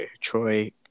Troy